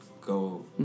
go